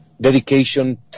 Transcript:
dedication